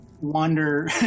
wander